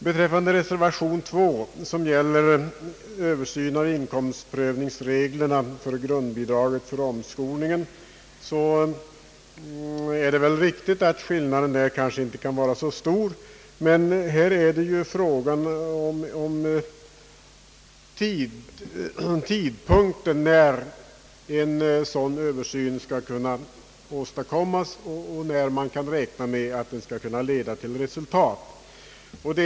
Beträffande reservation vid punkten 2 i statsutskottets utlåtande nr 112, som gäller översyn av inkomstprövningsreglerna för grundbidraget till omskolningen, är det väl riktigt att skillnaden inte kan vara så stor. Här är det dock fråga om tidpunkten när en sådan översyn skall kunna åstadkommas och när man kan räkna med att det skall leda till resultat.